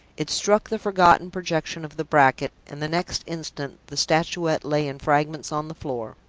it struck the forgotten projection of the bracket and the next instant the statuette lay in fragments on the floor.